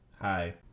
Hi